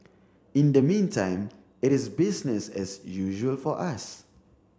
in the meantime it is business as usual for us